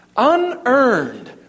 unearned